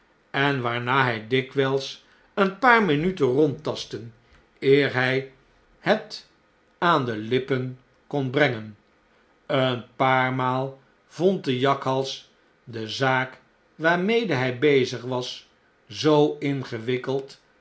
uitstrekte eh waarnaarhij dikwjjls een paar minuten rondtastte eer hij het aan de lippen kon brengen ben paar maal vond de jakhals de zaak waarmede hn bezig was zoo ingewikkeld